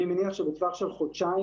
אני מניח שבטווח של חודשיים,